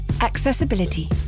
Accessibility